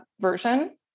version